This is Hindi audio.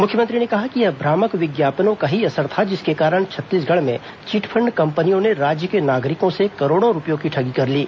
मुख्यमंत्री ने कहा कि यह भ्रामक विज्ञापनों का ही असर था जिसके कारण छत्तीसगढ़ में चिटफंड कम्पनियों ने राज्य के नागरिकों से करोड़ों रूपये की ठगी कर ली